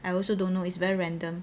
I also don't know it's very random